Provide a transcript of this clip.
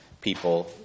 people